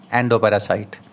endoparasite